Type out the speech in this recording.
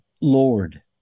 Lord